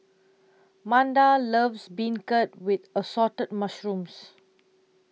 Manda loves Beancurd with Assorted Mushrooms